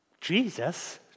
Jesus